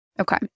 Okay